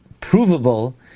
provable